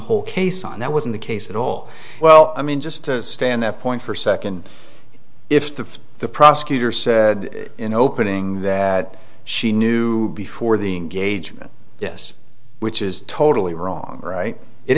whole case on that wasn't the case at all well i mean just to stand there point for second if the the prosecutor said in opening that she knew before the gauge that this which is totally wrong or right it